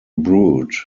brood